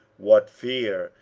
what fear,